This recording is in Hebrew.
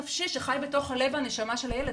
נפשי שחי בתוך הלב והנשמה של הילד,